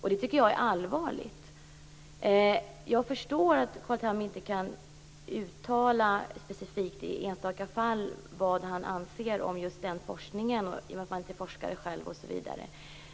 Det tycker jag är allvarligt. Jag förstår att Carl Tham inte kan uttala sig i specifika fall vad han anser om en viss forskning, i och med att han inte är forskare själv, osv.